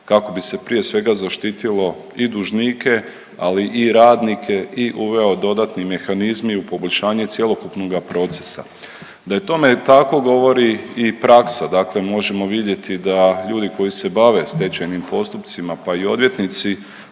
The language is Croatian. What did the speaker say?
kako bi se, prije svega, zaštitilo i dužnike, ali i radnike i uveo dodani mehanizmi u poboljšanje cjelokupnoga procesa. Da je tome tako, govori i praksa, dakle možemo vidjeti da ljudi koji se bave stečajnim postupcima, pa i odvjetnici,